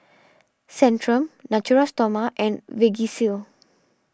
Centrum Natura Stoma and Vagisil